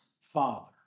father